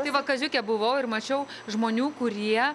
tai va kaziuke buvau ir mačiau žmonių kurie